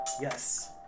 Yes